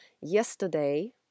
Yesterday